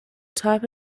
type